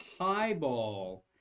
highball